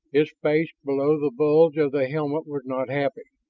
his face below the bulge of the helmet was not happy.